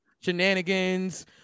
shenanigans